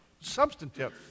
substantive